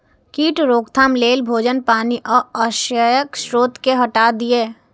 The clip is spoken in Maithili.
कीट रोकथाम लेल भोजन, पानि आ आश्रयक स्रोत कें हटा दियौ